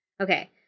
Okay